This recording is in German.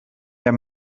der